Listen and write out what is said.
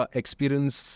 experience